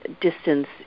distance